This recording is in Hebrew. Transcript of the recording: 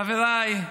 חבריי,